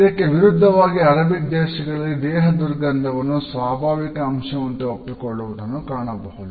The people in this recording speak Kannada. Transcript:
ಇದಕ್ಕೆ ವಿರುದ್ಧವಾಗಿ ಅರೇಬಿಕ್ ದೇಶಗಳಲ್ಲಿ ದೇಹ ದುರ್ಗಂಧವನ್ನು ಸ್ವಾಭಾವಿಕ ಅಂಶದಂತೆ ಒಪ್ಪಿಕೊಳ್ಳುವುದನ್ನು ಕಾಣಬಹುದು